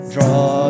Draw